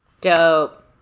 Dope